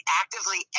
actively